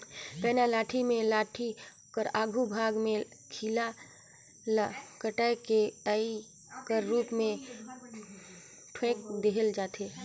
पैना लाठी मे लाठी कर आघु भाग मे खीला ल काएट के अरई कर रूप मे ठोएक देहल जाथे